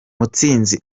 mutsinzi